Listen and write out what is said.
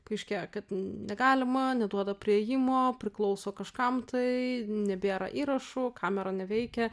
paaiškėja kad negalima neduoda priėjimo priklauso kažkam tai nebėra įrašų kamera neveikia